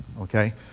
okay